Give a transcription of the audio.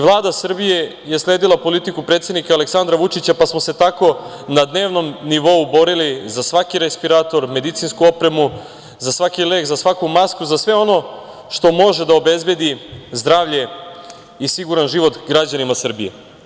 Vlada Srbije je sledila politiku predsednika Aleksandra Vučića, pa smo se tako na dnevnom nivou borili za svaki respirator, medicinsku opremu, za svaki lek, za svaku masku, za sve ono što može da obezbedi zdravlje i siguran život građanima Srbije.